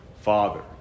Father